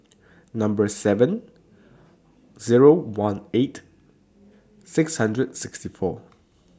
Number seven Zero one eight six hundred sixty four